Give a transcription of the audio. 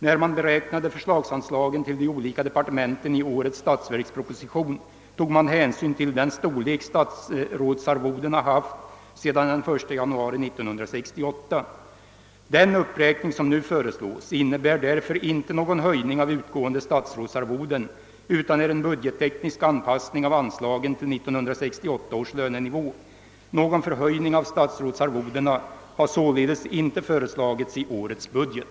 När man beräknade förslagsanslagen till de olika departementen i årets statsverksproposition tog man hänsyn till den storlek statsrådsarvodena haft sedan den 1 januari 1968. Den uppräkning som nu föreslås innebär därför inte någon höjning av utgående statsrådsarvoden utan är en budgetteknisk anpassning av anslagen till 1968 års lönenivå. Någon förhöjning av statsrådsarvodena har således inte föreslagits i årets budget.